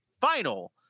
final